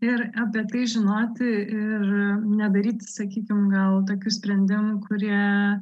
ir apie tai žinoti ir nedaryti sakykim gal tokių sprendimų kurie